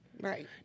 Right